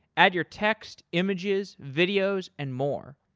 add your text, images, videos and more.